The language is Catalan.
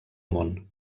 món